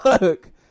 look